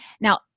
Now